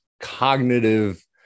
cognitive